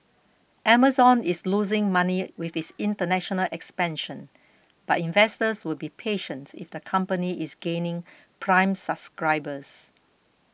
Amazon is losing money with its international expansion but investors will be patient if the company is gaining prime subscribers